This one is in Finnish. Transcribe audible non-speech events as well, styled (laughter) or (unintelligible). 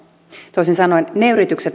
toisin sanoen ne yritykset (unintelligible)